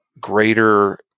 greater